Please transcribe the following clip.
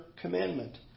commandment